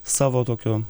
savo tokio